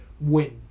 win